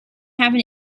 have